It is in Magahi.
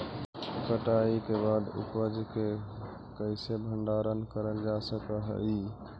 कटाई के बाद उपज के कईसे भंडारण करल जा सक हई?